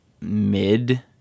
mid